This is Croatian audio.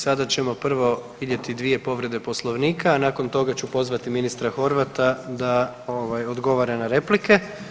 Sada ćemo prvo vidjeti dvije povrede Poslovnika, a nakon toga ću pozvati ministra Horvata da, ovaj, odgovara na replike.